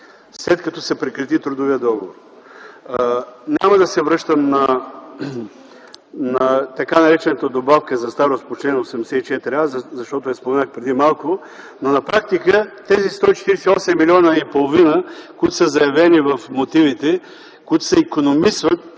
след като се прекрати трудовият договор. Няма да се връщам на така наречената добавка за старост по чл. 84а, защото я споменах преди малко. На практика тези 148,5 милиона, които са заявени в мотивите, които се икономисват